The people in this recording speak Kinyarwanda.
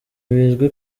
bizwi